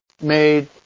made